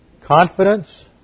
confidence